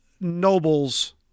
nobles